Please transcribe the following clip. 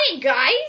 guys